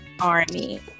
Army